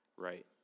right